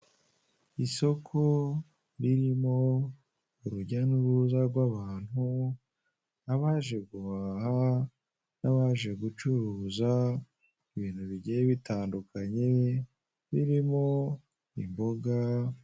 Isoko ririmo urujya n'ururuza rw'abantu, abaje guhaha, n'abaje gucuruza ibintu bigiye bitandukanye, birimo imboga.